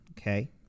Okay